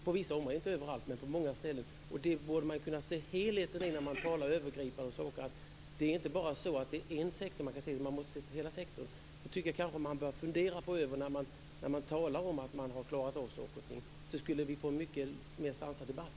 Det gäller inte överallt, men på många ställen Man borde kunna se helheten i det när man talar om övergripande saker, och inte bara se på en sektor. Man bör fundera på det när man säger att man har klarat saker och ting. Då skulle vi få en mycket mer sansad debatt.